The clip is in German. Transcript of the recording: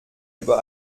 über